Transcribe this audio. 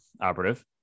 operative